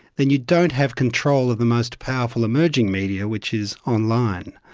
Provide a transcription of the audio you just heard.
then you don't have control of the most powerful emerging media, which is online,